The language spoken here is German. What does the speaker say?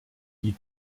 die